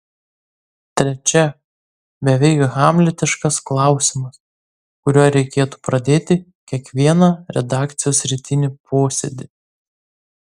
trečia beveik hamletiškas klausimas kuriuo reikėtų pradėti kiekvieną redakcijos rytinį posėdį